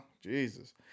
Jesus